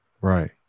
right